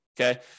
okay